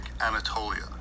anatolia